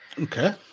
Okay